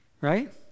right